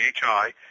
PHI